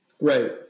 right